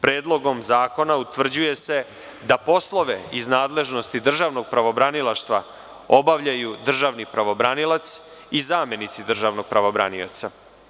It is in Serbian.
Predlogom zakona utvrđuje se da poslove iz nadležnosti državnog pravobranilaštva obavljaju državni pravobranilac i zamenici državnog pravobranioca.